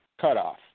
cutoff